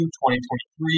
2023